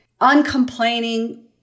uncomplaining